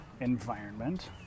environment